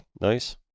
nice